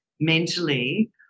mentally